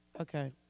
Okay